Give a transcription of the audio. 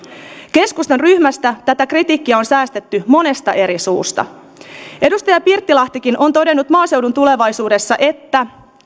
keskustan ryhmästä tätä kritiikkiä on säestetty monesta eri suusta edustaja pirttilahtikin on todennut maaseudun tulevaisuudessa että